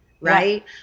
Right